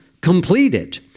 completed